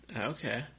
Okay